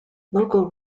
local